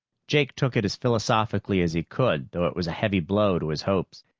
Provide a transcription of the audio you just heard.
jake took it as philosophically as he could, though it was a heavy blow to his hopes.